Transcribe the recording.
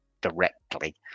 directly